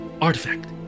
artifact